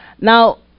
Now